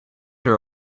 her